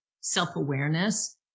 self-awareness